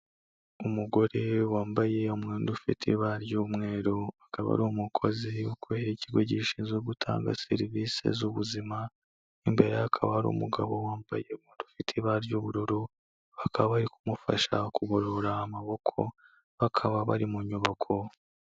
Umugore wambaye umwenda ufite ibara ry'umweru akaba ari umukozi ukorera ikigo gishinzwe gutanga serivisi z'ubuzima, imbere ye hakaba hari umugabo wambaye umupira ufite ibara ry'ubururu, bakaba bari kumufasha kugorora amaboko bakaba bari mu nyubako.